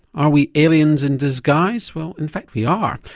are we aliens in disguise? well in fact we are.